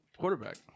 quarterback